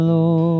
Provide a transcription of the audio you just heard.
Lord